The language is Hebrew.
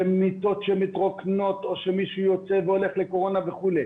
זה מיטות שמתרוקנות או שמישהו יוצא לקורונה וכו'.